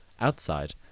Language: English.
Outside